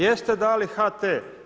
Jeste dali HT?